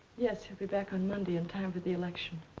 yes, he'll be back on monday in time for the election.